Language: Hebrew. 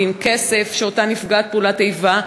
והכסף שאותה נפגעת פעולת איבה,